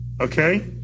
Okay